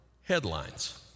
headlines